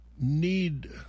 need